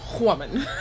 woman